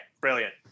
Brilliant